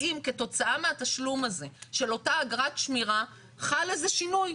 האם כתוצאה מהתשלום הזה של אותה אגרת שמירה חל שינוי?